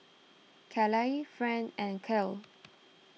Calla Friend and Kale